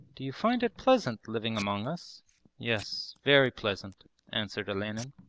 do you find it pleasant living among us yes, very pleasant answered olenin.